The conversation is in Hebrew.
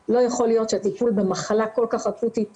בחוסר התכלול של האירוע הזה